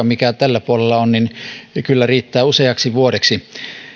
mikä tällä puolella on kyllä riittää useaksi vuodeksi